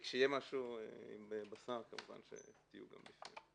כשיהיה משהו עם בשר, תהיו שם.